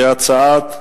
כהצעת הוועדה.